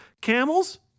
camels